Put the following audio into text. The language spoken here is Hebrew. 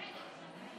נגד אלון שוסטר,